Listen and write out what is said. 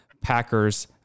Packers